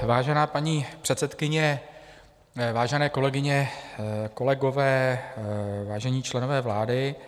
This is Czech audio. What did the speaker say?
Vážená paní předsedkyně, vážené kolegyně, kolegové, vážení členové vlády.